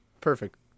Perfect